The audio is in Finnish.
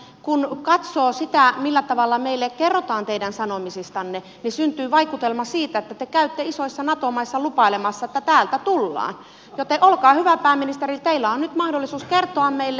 kun katsoo sitä millä tavalla meille kerrotaan teidän sanomisistanne niin syntyy vaikutelma siitä että te käytte isoissa nato maissa lupailemassa että täältä tullaan joten olkaa hyvä pääministeri teillä on nyt mahdollisuus kertoa meille